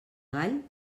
gall